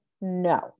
no